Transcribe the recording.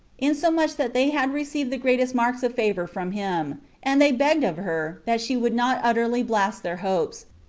insomuch that they had received the greatest marks of favor from him and they begged of her, that she would not utterly blast their hopes,